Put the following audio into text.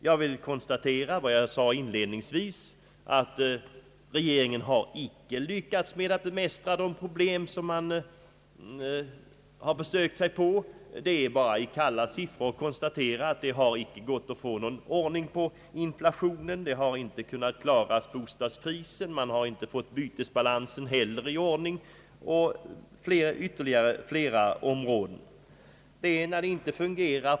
Jag vill konstatera, vad jag inledningsvis sade, nämligen att regeringen inte har lyckats bemästra de problem som den har försökt angripa. Det är bara att notera i kalla siffror, att det inte gått att få någon ordning på inflationen. Man har inte kunnat klara bostadskrisen. Man har inte heller uppnått den önskade bytesbalansen. Ytterligare områden skulle kunna anföras.